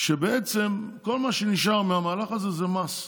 שבעצם כל מה שנשאר מהמהלך הזה זה מס,